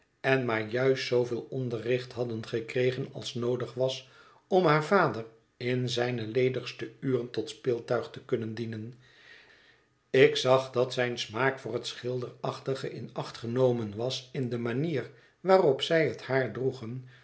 en maar juist zooveel onderricht hadden gekregen als noodig was om haar vader in zijne ledigste uren tot speeltuig te kunnen dienen ik zag dat zijn smaak voor het schilderachtige in acht genomen was in de manier waarop zij het haar droegen